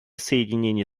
соединение